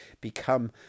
become